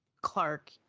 Clark